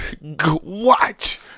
Watch